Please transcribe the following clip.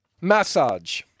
massage